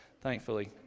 thankfully